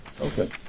Okay